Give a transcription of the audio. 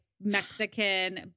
Mexican